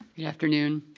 and afternoon.